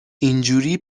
اینجوری